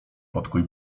podkuj